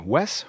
Wes